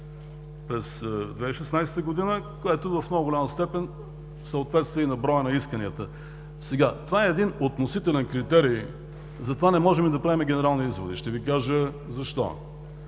през 2016 г., което в много голяма степен съответства и на броя на исканията. Това е един относителен критерий, затова не можем да правим генерални изводи. Ще Ви кажа защо: